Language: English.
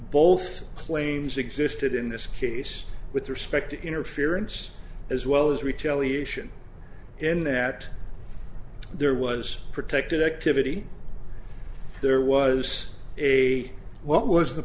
both claims existed in this case with respect to interference as well as retaliation in that there was protected activity there was a well was the